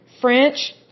French